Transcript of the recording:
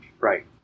Right